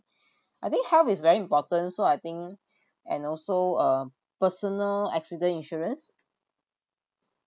I think health is very important so I think and also uh personal accident insurance